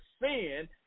sin